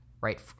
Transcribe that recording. right